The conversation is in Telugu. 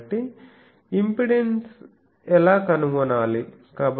కాబట్టి ఇంపెడెన్స్ ఎలా కనుగొనాలి